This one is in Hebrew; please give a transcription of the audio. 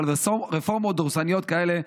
אבל רפורמות דורסניות כאלה,